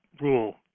rule